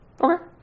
Okay